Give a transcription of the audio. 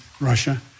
Russia